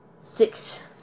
six